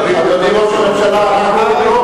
אדוני ראש הממשלה,